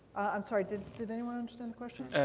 i'm sorry, did did anyone understand the question?